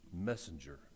messenger